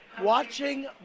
Watching